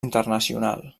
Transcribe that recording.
internacional